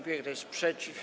Kto jest przeciw?